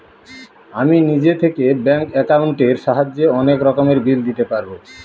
আমি নিজে থেকে ব্যাঙ্ক একাউন্টের সাহায্যে অনেক রকমের বিল দিতে পারবো